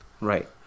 right